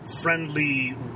friendly